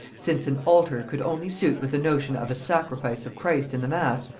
since an altar could only suit with the notion of a sacrifice of christ in the mass,